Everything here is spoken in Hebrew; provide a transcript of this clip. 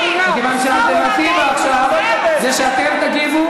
מכיוון שהאלטרנטיבה עכשיו זה שאתם תגיבו